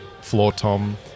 floor-tom